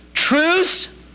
Truth